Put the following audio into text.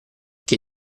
che